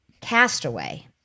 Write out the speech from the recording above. castaway